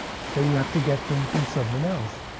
so you have to get them from someone else.